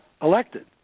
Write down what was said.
Elected